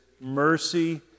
mercy